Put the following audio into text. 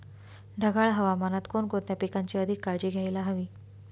ढगाळ हवामानात कोणकोणत्या पिकांची अधिक काळजी घ्यायला हवी?